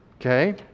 okay